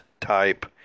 type